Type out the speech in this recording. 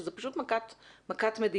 שזאת פשוט מכת מדינה.